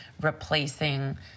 replacing